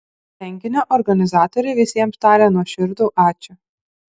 renginio organizatoriai visiems taria nuoširdų ačiū